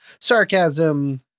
sarcasm